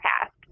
past